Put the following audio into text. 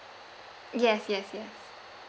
yes yes yes